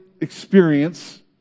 experience